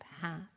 path